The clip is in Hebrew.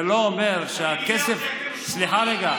זה לא אומר שהכסף, 80 מיליארד שקל, סליחה רגע,